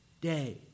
day